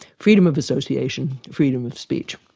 freedom of association, freedom of speech.